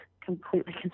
completely